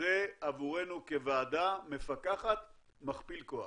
זה עבורנו כוועדה מפקחת מכפיל כוח.